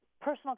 personal